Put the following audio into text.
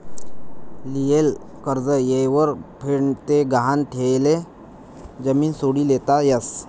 लियेल कर्ज येयवर फेड ते गहाण ठियेल जमीन सोडी लेता यस